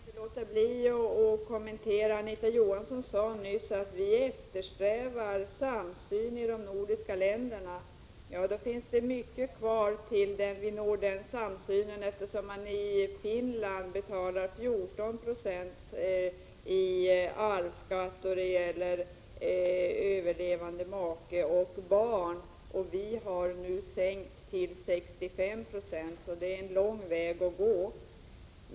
Herr talman! Jag kan inte låta bli att kommentera det Anita Johansson sade nyss, att vi eftersträvar samsyn i de nordiska länderna. Det är långt kvar innan vi når den samsynen, eftersom man i Finland betalar 14 90 i arvsskatt då det gäller överlevande make och barn. Vi har nu sänkt till 65 96, så det är lång väg att gå.